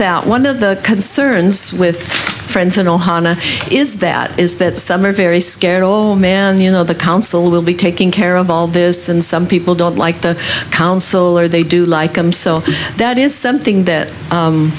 that one of the concerns with friends and ohana is that is that some are very scary oh man you know the council will be taking care of all this and some people don't like the council or they do like him so that is something that